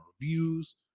reviews